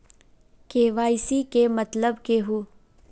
KYC के मतलब केहू?